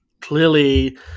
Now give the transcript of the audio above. clearly